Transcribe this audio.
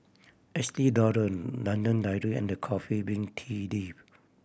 Estee Lauder London Dairy and The Coffee Bean Tea Leaf